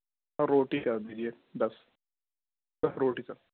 اور روٹی کر دیجیے دس دس روٹی کر